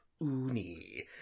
uni